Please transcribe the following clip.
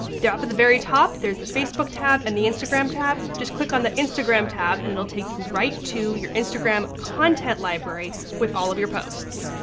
the but the very top there's a facebook tab and the instagram tab. just click on the instagram tab and it'll take you right to your instagram content library with all of your posts.